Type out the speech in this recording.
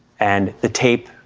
and the tape,